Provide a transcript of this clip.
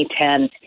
2010